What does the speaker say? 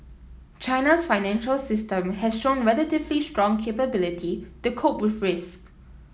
China's financial system has shown relatively strong capability to cope with risk